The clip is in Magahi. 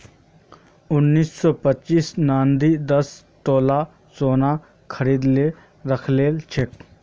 उन्नीस सौ पचासीत नानी दस तोला सोना खरीदे राखिल छिले